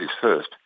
first